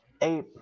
eight